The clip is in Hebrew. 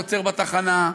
עוצר בתחנה,